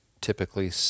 typically